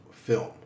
film